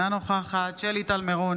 אינה נוכחת שלי טל מירון,